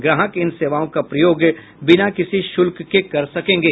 ग्राहक इन सेवाओं का प्रयोग बिना किसी शुल्क के कर सकेंगे